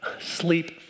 sleep